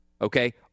Okay